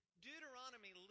Deuteronomy